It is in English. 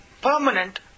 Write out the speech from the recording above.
permanent